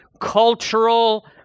cultural